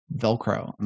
Velcro